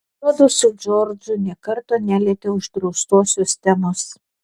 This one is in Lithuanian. juodu su džordžu nė karto nelietė uždraustosios temos